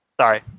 Sorry